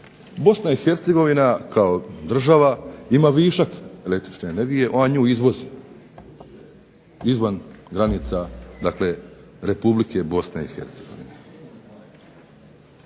Bosna i Hercegovina kao država ima višak električne energije, ona nju izvozi izvan granica dakle Republike Bosne i Hercegovine.